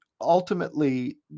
ultimately